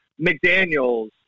McDaniels